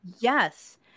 Yes